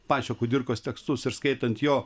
pačio kudirkos tekstus ir skaitant jo